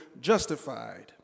justified